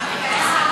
רבותי.